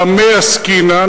במה עסקינן?